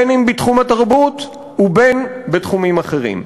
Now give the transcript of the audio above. אם בתחום התרבות ואם בתחומים אחרים.